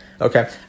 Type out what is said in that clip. Okay